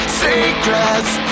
secrets